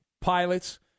pilots